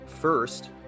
first